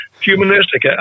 humanistic